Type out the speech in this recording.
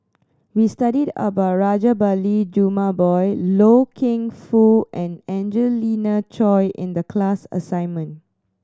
we studied about Rajabali Jumabhoy Loy Keng Foo and Angelina Choy in the class assignment